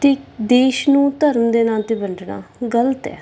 ਅਤੇ ਦੇਸ਼ ਨੂੰ ਧਰਮ ਦੇ ਨਾਂ 'ਤੇ ਵੰਡਣਾ ਗਲਤ ਹੈ